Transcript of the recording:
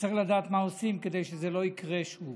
וצריך לדעת מה עושים כדי שזה לא יקרה שוב.